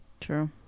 true